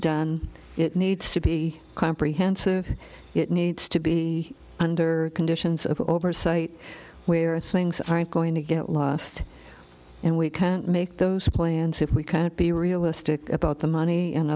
done it needs to be comprehensive it needs to be under conditions of oversight where things aren't going to get lost and we can't make those plans if we kind of be realistic about the money and